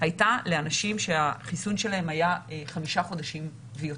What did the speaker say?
הייתה לאנשים שהחיסון שלהם היה חמישה חודשים ויותר.